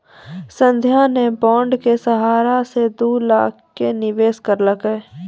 संध्या ने बॉण्ड के सहारा से दू लाख के निवेश करलकै